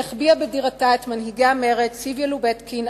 שהחביאה בדירתה את מנהיגי המרד צביה לובטקין,